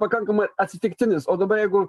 pakankamai atsitiktinis o dabar jeigu